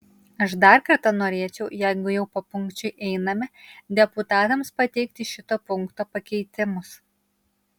aš dar kartą norėčiau jeigu jau papunkčiui einame deputatams pateikti šito punkto pakeitimus